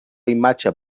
imatge